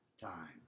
time